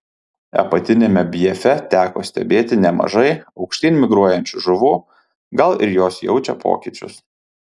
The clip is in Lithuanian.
apatiniame bjefe teko stebėti nemažai aukštyn migruojančių žuvų gal ir jos jaučia pokyčius